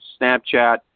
Snapchat